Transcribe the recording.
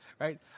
right